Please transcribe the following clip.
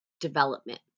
development